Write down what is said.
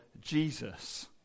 Jesus